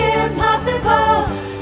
impossible